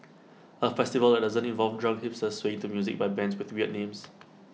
A festival that doesn't involve drunk hipsters swaying to music by bands with weird names